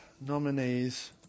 Nominees